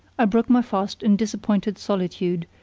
i broke my fast in disappointed solitude,